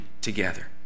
together